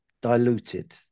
diluted